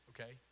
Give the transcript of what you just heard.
okay